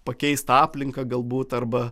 pakeist aplinką galbūt arba